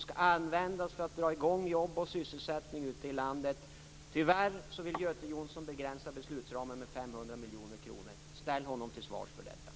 De skall användas för att dra i gång jobb och sysselsättning ute i landet. Tyvärr vill Göte Jonsson begränsa beslutsramen med 500 miljoner kronor. Ställ honom till svars för detta.